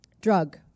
drug